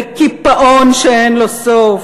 בקיפאון שאין לו סוף,